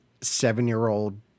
seven-year-old